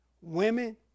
women